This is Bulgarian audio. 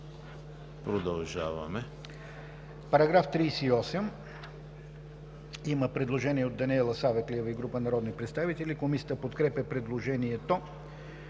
Продължаваме,